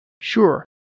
Sure